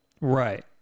Right